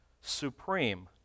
supreme